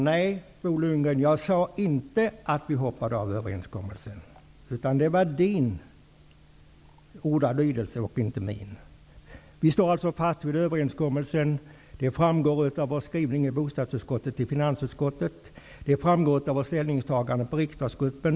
Nej, Bo Lundgren, jag sade inte att vi hoppade av överenskommelsen. Det var Bo Lundgrens ordalydelse och inte min. Vi står alltså fast vid överenskommelsen. Det framgår av vår skrivning i bostadsutskottets yttrande till finansutskottet, och det framgår av vårt ställningstagande i riksdagsgruppen.